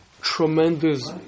tremendous